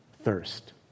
thirst